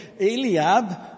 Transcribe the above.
Eliab